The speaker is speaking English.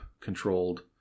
controlled